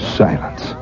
silence